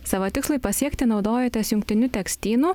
savo tikslui pasiekti naudojotės jungtiniu tekstynu